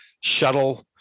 shuttle